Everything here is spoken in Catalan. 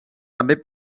també